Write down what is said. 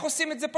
איך עושים את זה?